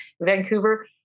Vancouver